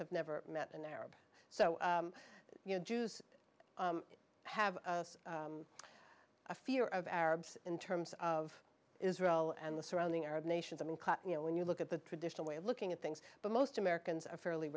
have never met an arab so you know jews have a fear of arabs in terms of israel and the surrounding arab nations i mean you know when you look at the traditional way of looking at things but most americans are fairly